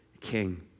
king